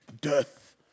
Death